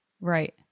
Right